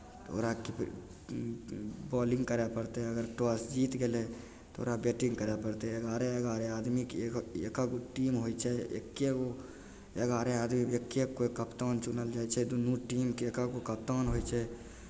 तऽ ओकरा बॉलिंग करय पड़तै अगर टॉस जीत गेलै तऽ ओकरा बैटिंग करय पड़तै एगारहे एगारहे आदमीके एकहक एकहक टीम होइ छै एक्के गो एगारहे आदमीके एक्के गो कप्तान चुनल जाइ छै दुन्नू टीमके एक एकहक गो कप्तान होइ छै